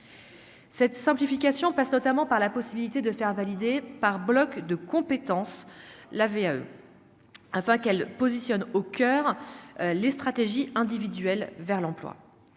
cette simplification passe notamment par la possibilité de faire valider par blocs de compétences, la VAE afin qu'elle positionne au coeur les stratégies individuelles vers l'emploi,